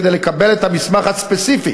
כדי לקבל את המסמך הספציפי